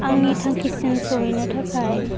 आंनि थांखिसिम सहैनो थाखाय